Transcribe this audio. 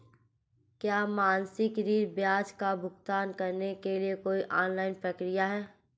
क्या मासिक ऋण ब्याज का भुगतान करने के लिए कोई ऑनलाइन प्रक्रिया है?